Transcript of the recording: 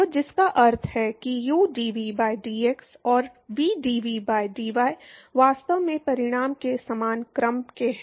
तो जिसका अर्थ है कि udv by dx और vdv by dy वास्तव में परिमाण के समान क्रम के हैं